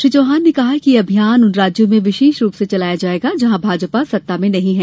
श्री चौहान ने कहा कि यह अभियान उन राज्यों में विशेष रूप से चलाया जाएगा जहां भाजपा सत्ता में नहीं है